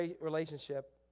relationship